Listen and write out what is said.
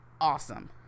awesome